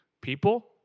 people